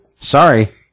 Sorry